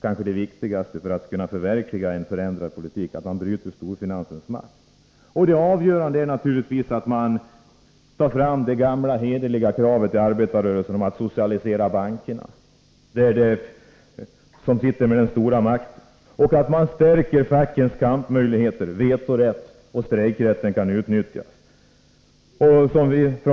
Kanske det viktigaste för att kunna förverkliga en förändrad politik är att man bryter storfinansens makt. Det avgörande är att man tar fram det gamla, hederliga kravet i arbetarrörelsen om att socialisera bankerna, som sitter med den stora makten. Man måste stärka fackens kampmöjligheter så att vetorätt och strejkrätten kan utnyttjas.